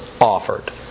offered